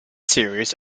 series